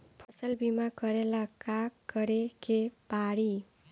फसल बिमा करेला का करेके पारी?